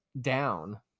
down